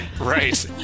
Right